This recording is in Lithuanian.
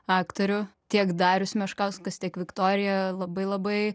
aktorių tiek darius meškauskas tiek viktorija labai labai